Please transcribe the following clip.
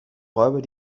räuber